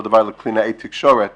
אותו דבר לקלינאית תקשורת